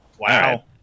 Wow